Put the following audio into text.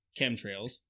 chemtrails